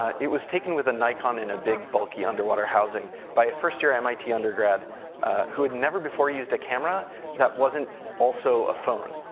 it was taken with a nikon in a big, bulky, underwater housing by a first year mit undergrad who had never before used a camera that wasn't also a phone,